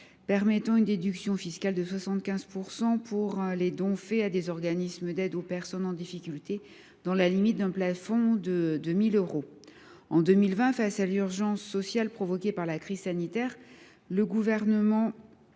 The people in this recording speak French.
d’impôt, dite Coluche, de 75 % pour les dons faits à des organismes d’aide aux personnes en difficulté, dans la limite d’un plafond de 1 000 euros. En 2020, face à l’urgence sociale provoquée par la crise sanitaire, le plafond